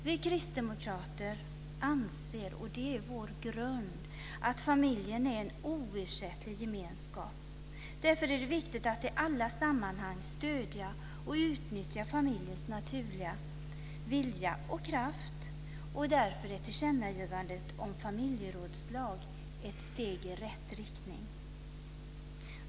Vi kristdemokrater anser - det är vår grund - att familjen är en oersättlig gemenskap. Därför är det viktigt att i alla sammanhang stödja och utnyttja familjens naturliga vilja och kraft, och därför är tillkännagivandet om familjerådslag ett steg i rätt riktning.